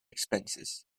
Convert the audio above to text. expenses